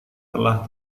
telah